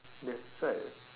that's why